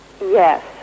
yes